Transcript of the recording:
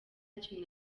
kintu